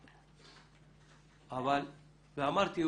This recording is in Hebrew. ואמרתי,